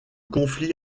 conflit